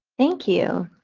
thank you.